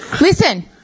Listen